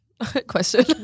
Question